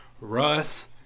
Russ